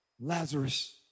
Lazarus